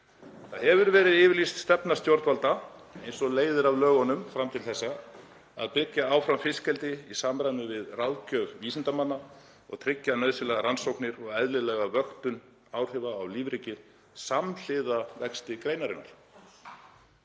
Það hefur verið yfirlýst stefna stjórnvalda, eins og leiðir af lögunum fram til þessa, að byggja áfram fiskeldi í samræmi við ráðgjöf vísindamanna og tryggja nauðsynlegar rannsóknir og eðlilega vöktun áhrifa á lífríkið samhliða vexti greinarinnar.